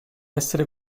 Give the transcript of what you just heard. essere